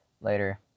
later